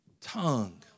tongue